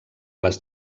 les